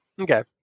Okay